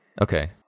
Okay